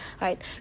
right